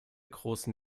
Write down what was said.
großen